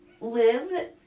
live